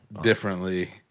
differently